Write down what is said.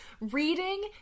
reading